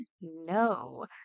No